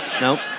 Nope